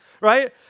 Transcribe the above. right